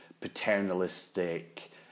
paternalistic